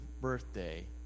birthday